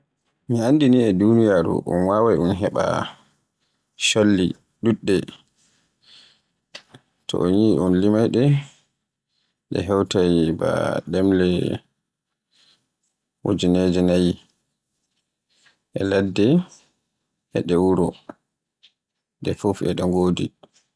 Mi anndi ni e duniyaaru un wawaay un heɓa cholli ɗuɗɗe, to unyi un limaay ɗe, ɗe hewtay ba ɗemle ujineje nayi e ɗe ladde e ɗe wuro ɗe fuf e ɗe ngodi.